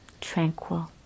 tranquil